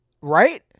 Right